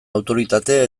autoritate